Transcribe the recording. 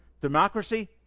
Democracy